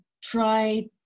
try